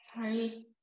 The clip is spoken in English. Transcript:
Sorry